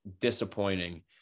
disappointing